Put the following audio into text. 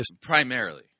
Primarily